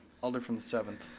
alder from the seventh.